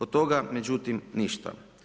Od toga, međutim, ništa.